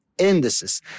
indices